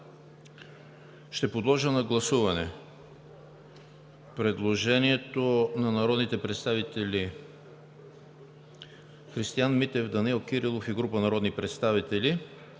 Ще подложа на гласуване предложението на народните представители Христиан Митев, Данаил Кирилов и група народни представители,